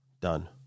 done